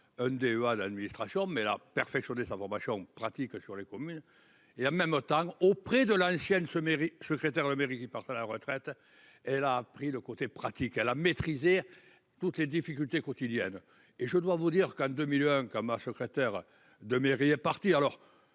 un DEA d'administration mais la perfectionner sa formation pratique sur les communes et a même autant auprès de l'ancienne se mérite secrétaire le mairie qui partent à la retraite. Elle a pris le côté pratique à la maîtriser. Toutes les difficultés quotidiennes et je dois vous dire qu'en 2001 comme secrétaire de mairie à partir alors